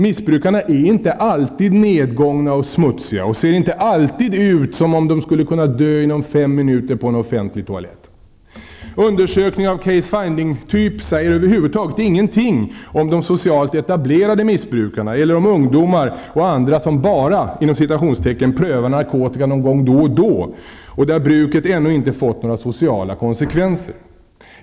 Missbrukarna är inte alltid nedgångna och smutsiga och ser inte alltid ut som om de skulle kunna dö inom fem minuter på en offentlig toalett. Undersökningar av case-finding-typ säger över huvud taget ingenting om de socialt etablerade missbrukarna, eller om ungdomar och andra som ''bara'' prövar narkotika någon gång då och då och där bruket ännu inte fått några sociala konsekvenser.